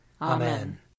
Amen